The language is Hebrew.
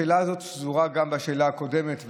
השאלה הזאת שזורה בשאלה הקודמת,